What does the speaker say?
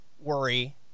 worry